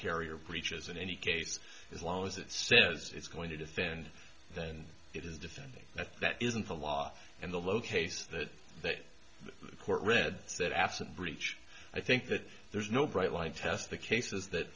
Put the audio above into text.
carrier preaches in any case as long as it says it's going to defend then it is defending that that isn't the law and the low case that that the court read that absent breach i think that there's no bright line test the cases that